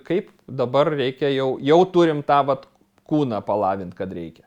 kaip dabar reikia jau jau turim tą vat kūną palavint kad reikia